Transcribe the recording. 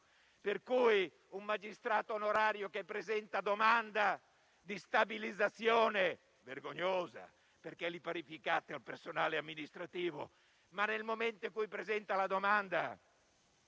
per cui un magistrato onorario che presenta domanda di stabilizzazione - vergognosa, perché li parificate al personale amministrativo - nel momento in cui presenta la domanda,